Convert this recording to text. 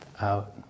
out